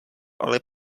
ale